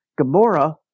Gamora